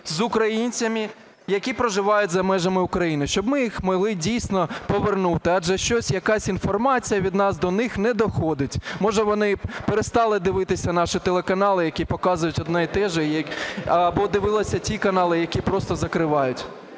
з українцями, які проживають за межами України, щоб ми могли їх дійсно повернути. Адже щось якась інформація від нас до них не доходить. Може, вони перестали дивитися наші телеканали, які показують одне і те ж, або дивилися ті канали, які просто закривають.